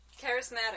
Charismatic